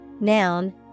Noun